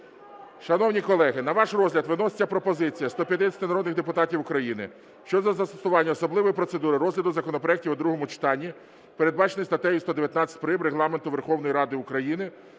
Шановні колеги, на ваш розгляд виноситься пропозиція 150 народних депутатів України щодо застосування особливої процедури розгляду законопроектів у другому читанні, передбаченої статтею 119 прим. Регламенту Верховної Ради України,